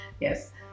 Yes